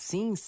Sim